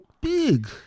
big